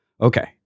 Okay